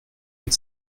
avec